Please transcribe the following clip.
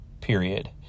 period